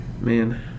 Man